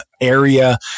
Area